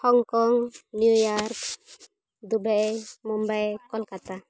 Hong Kong New York Dubai Mumbai Kolkata